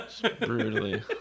Brutally